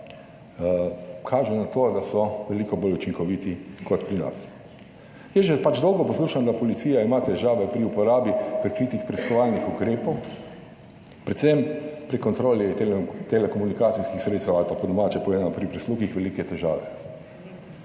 kaže na to, da so veliko bolj učinkoviti kot pri nas. Jaz že dolgo poslušam, da policija ima težave pri uporabi prikritih preiskovalnih ukrepov, predvsem pri kontroli telekomunikacijskih sredstev ali pa, po domače povedano, pri prisluhih velike težave.